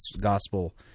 gospel